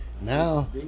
now